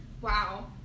Wow